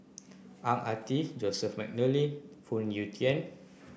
Ang Ah Tee Joseph Mcnally Phoon Yew Tien